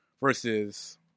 versus